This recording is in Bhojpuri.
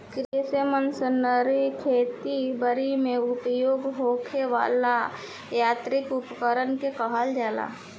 कृषि मशीनरी खेती बरी में उपयोग होखे वाला यांत्रिक उपकरण के कहल जाला